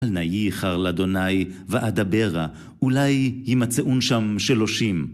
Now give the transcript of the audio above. אל נא יחר לאדוני ואדברה, אולי יימצאון שם שלושים.